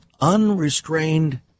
unrestrained